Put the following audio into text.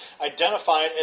identified